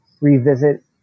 revisit